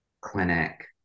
clinic